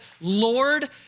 Lord